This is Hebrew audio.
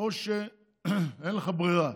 או שאין לך ברירה.